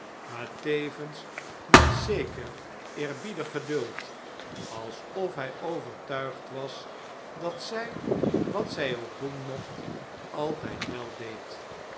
maar tevens met zeker eerbiedig geduld alsof hij overtuigd was dat zij wat zij ook doen mocht altijd wel deed